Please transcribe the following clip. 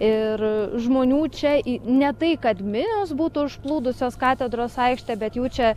ir žmonių čia ne tai kad minios būtų užplūdusios katedros aikštę bet jų čia